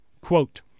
Quote